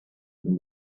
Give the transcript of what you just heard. from